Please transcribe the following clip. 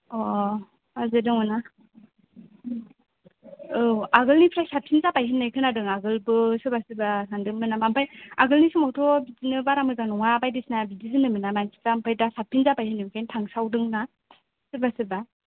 ओ हाजो दङ ना औ आगोल निफ्राय साबसिन जाबाय होननाय खोनादों आगोलबो सोरबा सोरबा थांदोंमोन नामा आमफ्राय आगोलनि समावथ' बिदिनो बारा मोजां नङा बायदिसिना बिदि होनोमोन ना मानसिफ्रा आमफ्राय दा साबसिन जाबाय होनो ओंखायनो थांस्रावदों ना सोरबा सोरबा